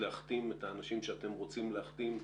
להחתים את האנשים שאתם רוצים להחתים?